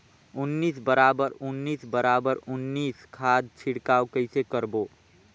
उन्नीस बराबर उन्नीस बराबर उन्नीस खाद छिड़काव कइसे करबो?